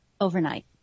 overnight